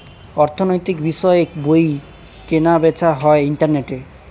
অর্থনৈতিক বিষয়ের বই কেনা বেচা হয় ইন্টারনেটে